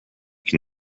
can